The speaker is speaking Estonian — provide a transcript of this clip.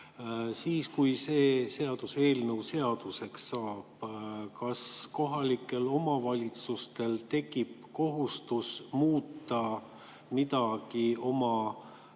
Kui see seaduseelnõu seaduseks saab, siis kas kohalikel omavalitsustel tekib kohustus muuta midagi